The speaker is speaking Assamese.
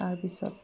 তাৰপিছত